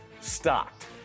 stocked